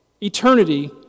Eternity